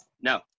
No